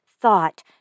thought